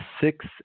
six